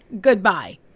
Goodbye